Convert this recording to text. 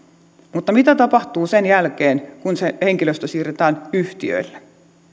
mutta mitä tapahtuu sen jälkeen kun se henkilöstö siirretään yhtiöille